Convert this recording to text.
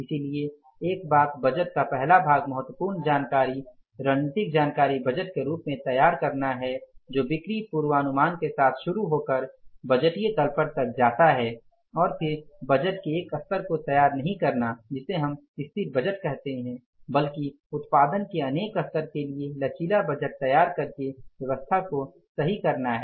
इसलिए एक बात बजट का पहला भाग महत्वपूर्ण जानकारी रणनीतिक जानकारी बजट के रूप में तैयार करना है जो बिक्री पूर्वानुमान के साथ शुरू होकर बजटीय बैलेंस शीट तक जाता है और फिर बजट के एक स्तर को तैयार नहीं करना जिसे हम स्थिर बजट कहते हैं बल्कि उत्पादन के अनेक स्तर के लिए लचीला बजट तैयार करके व्यवस्था को सही करना है